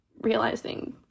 realizing